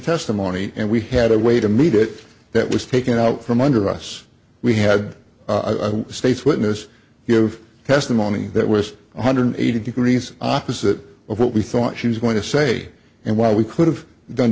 testimony and we had a way to meet it that was taken out from under us we had a state's witness give testimony that was one hundred eighty degrees opposite of what we thought she was going to say and while we could have done